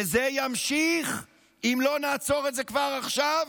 ואם לא נעצור את זה כבר עכשיו,